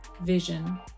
vision